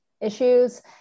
issues